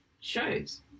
shows